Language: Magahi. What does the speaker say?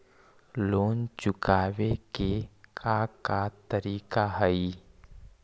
लोन चुकावे के का का तरीका हई?